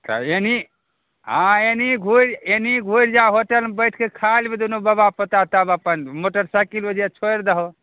तऽ एनि हॅं एनी घूरि एनि घूरि जाऊ होटलमे बैठके खा लेबै दुनू बाबा पोता तब अपन मोटर साइकिल ओहि जे छोरि दहो